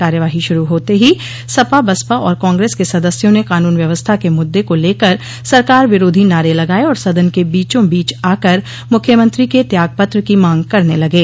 कार्यवाही शुरू होते ही सपा बसपा और कांग्रेस के सदस्यों ने कानून व्यवस्था के मुद्दे को लेकर सरकार विरोधी नारे लगाये और सदन के बीचोंबीच आकर मुख्यमंत्री के त्यागपत्र की मांग करने लगे